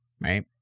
right